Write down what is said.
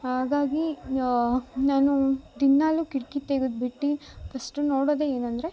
ಹಾಗಾಗಿ ನಾನು ದಿನಾಲು ಕಿಟಕಿ ತೆಗದ್ಬಿಟ್ಟು ಫಸ್ಟು ನೋಡೋದೆ ಏನಂದರೆ